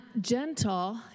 gentle